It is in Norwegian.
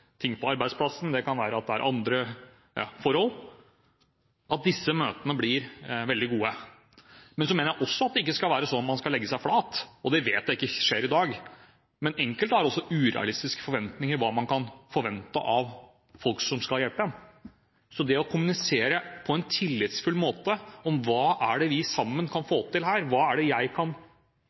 ting på arbeidsplassen, det kan være at det er andre forhold – som gjør at disse møtene blir veldig gode. Men så mener jeg også at det ikke skal være sånn at man skal legge seg flat, og det vet jeg ikke skjer i dag. Enkelte har urealistiske forventninger til hva man kan forvente av folk som skal hjelpe en. Så det er viktig å kommunisere på en tillitsfull måte – hva er det vi sammen kan få til her, hva er det jeg som pårørende kan